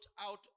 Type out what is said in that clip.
out